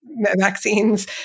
vaccines